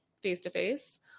face-to-face